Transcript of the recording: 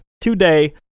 today